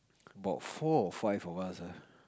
about four or five of us ah